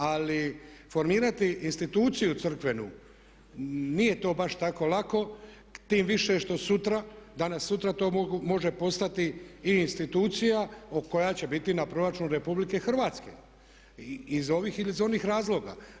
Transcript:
Ali formirati instituciju crkvenu nije to baš tako lako, tim više što sutra, danas sutra to može postati i institucija koja će biti na proračunu RH iz ovih ili iz onih razloga.